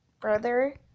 brother